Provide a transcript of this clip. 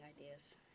ideas